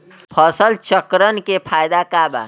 फसल चक्रण के फायदा का बा?